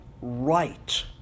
right